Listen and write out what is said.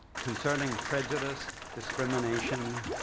concerning prejudice, discrimination,